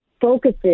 focuses